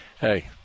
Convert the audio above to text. Hey